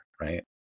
right